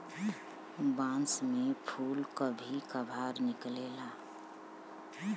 बांस में फुल कभी कभार निकलेला